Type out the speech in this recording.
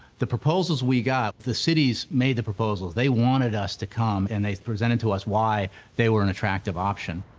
the proposals we got, the cities made the proposals, they wanted us to come, and they presented to us why they were an attractive option.